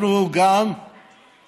אנחנו גם שיפרנו